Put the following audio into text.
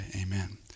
amen